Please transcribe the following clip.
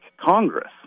Congress